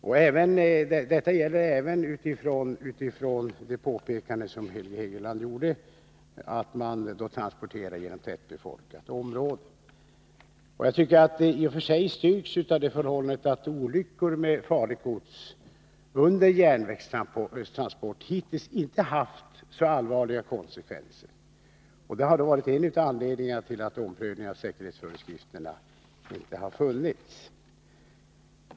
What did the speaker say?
Denna bedömning gäller även utifrån de påpekanden som Hugo Hegeland här gjorde, att transporterna går genom tättbefolkade områden, och den styrks i och för sig av det förhållandet att olyckor med farligt gods under järnvägstransport hittills inte har haft så allvarliga konsekvenser. Det har varit en av anledningarna till att någon omprövning av säkerhetsföreskrifterna inte har gjorts.